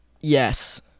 yes